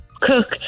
cook